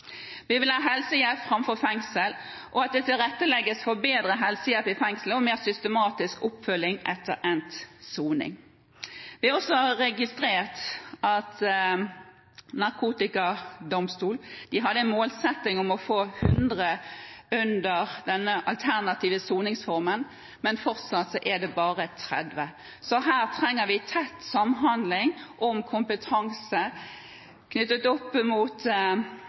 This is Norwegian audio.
Vi vil ha helsehjelp framfor fengsel og at det tilrettelegges for bedre helsehjelp i fengslene og mer systematisk oppfølging etter endt soning. Når det gjelder narkotikadomstolen, hadde vi en målsetting om å få 100 inn under den alternative soningsformen, men fortsatt er det bare 30. Så her trenger vi tett samhandling om kompetanse knyttet